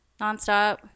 nonstop